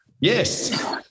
Yes